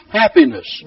happiness